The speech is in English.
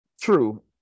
true